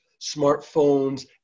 smartphones